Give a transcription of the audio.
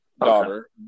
daughter